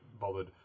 bothered